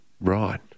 Right